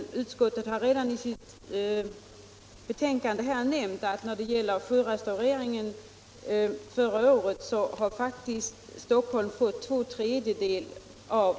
Utskottet har i sitt betänkande nämnt att av de beviljade bidragen till sjörestaurering har faktiskt Stockholms län fått två tredjedelar.